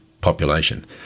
population